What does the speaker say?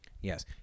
Yes